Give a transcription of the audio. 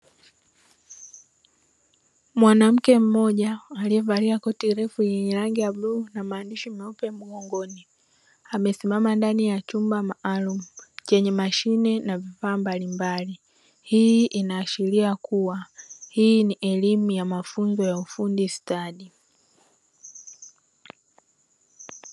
Mwanamke mmoja aliyevalia koti refu lenye rangi ya bluu na maandishi meupe mgongoni, amesimama ndani ya chumba maalumu chenye mashine na vifaa mbalimbali. Hii inaashiria kuwa hii ni elimu ya mafunzo ya ufundi stadi.